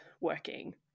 working